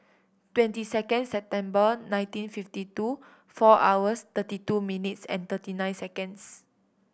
twenty second September nineteen fifty two four hours thirty two minutes and thirty nine seconds